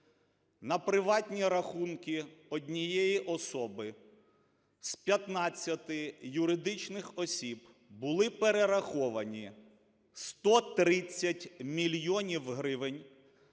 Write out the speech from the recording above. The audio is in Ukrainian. на приватні рахунки однієї особи з 15 юридичних осіб були перераховані 130 мільйонів гривень